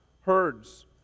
herds